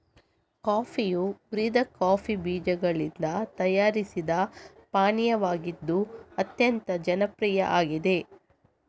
ಕಾಫಿಯು ಹುರಿದ ಕಾಫಿ ಬೀಜಗಳಿಂದ ತಯಾರಿಸಿದ ಪಾನೀಯವಾಗಿದ್ದು ಅತ್ಯಂತ ಜನಪ್ರಿಯ ಆಗಿದೆ